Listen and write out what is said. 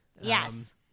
Yes